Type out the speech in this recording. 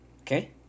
Okay